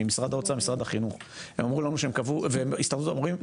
ממשרד האוצר ומשרד החינוך והסתדרות המורים,